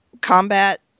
combat